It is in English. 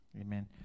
Amen